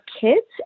kids